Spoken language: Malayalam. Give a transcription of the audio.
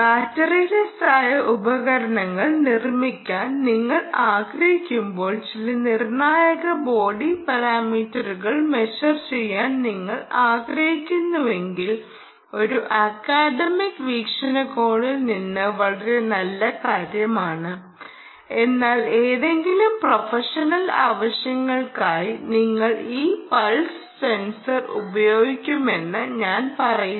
ബാറ്ററിലെസ്സായ ഉപകരണങ്ങൾ നിർമ്മിക്കാൻ നിങ്ങൾ ആഗ്രഹിക്കുമ്പോൾ ചില നിർണായക ബോഡി പാരാമീറ്ററുകൾ മെഷർ ചെയ്യാൻ നിങ്ങൾ ആഗ്രഹിക്കുന്നുവെങ്കിൽ ഒരു അക്കാദമിക് വീക്ഷണകോണിൽ നിന്ന് വളരെ നല്ല കാര്യമാണ് എന്നാൽ ഏതെങ്കിലും പ്രൊഫഷണൽ ആവശ്യങ്ങൾക്കായി നിങ്ങൾ ഈ പൾസ് സെൻസർ ഉപയോഗിക്കണമെന്ന് ഞാൻ പറയില്ല